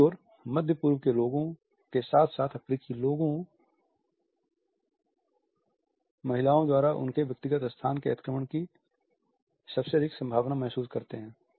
दूसरी ओर मध्य पूर्व के लोगों के साथ साथ अफ्रीकी लोग महिलाओं द्वारा उनके व्यक्तिगत स्थान के अतिक्रमण की सबसे अधिक संभावना महसूस करते है